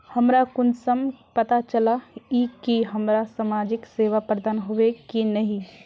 हमरा कुंसम पता चला इ की हमरा समाजिक सेवा प्रदान होबे की नहीं?